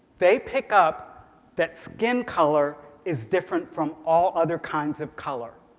they pick up that skin color is different from all other kinds of color,